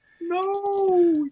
No